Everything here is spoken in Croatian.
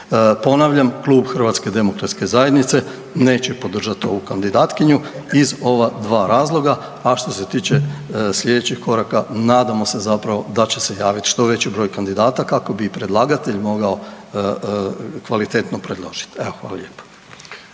Ponavljam, Klub HDZ-a neće podržat ovu kandidatkinju iz ova dva razloga. A što se tiče slijedećih koraka nadamo se zapravo da će se javit što veći broj kandidata kako bi i predlagatelj mogao kvalitetno predložit. Evo, hvala lijepo.